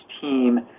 team